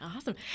Awesome